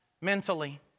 mentally